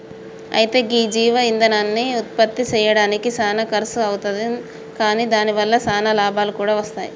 అయితే గీ జీవ ఇందనాన్ని ఉత్పప్తి సెయ్యడానికి సానా ఖర్సు అవుతుంది కాని దాని వల్ల సానా లాభాలు కూడా వస్తాయి